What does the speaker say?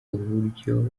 uburyo